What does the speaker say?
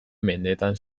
mendeetan